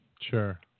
Sure